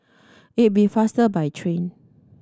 it'll be faster by train